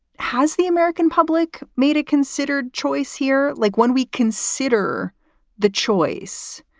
has the american public made a considered choice here? like when we consider the choice.